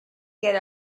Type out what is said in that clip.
get